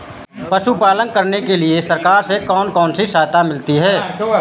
पशु पालन करने के लिए सरकार से कौन कौन सी सहायता मिलती है